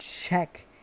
check